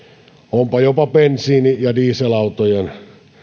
onpa jopa bensiini ja dieselautojen